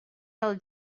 del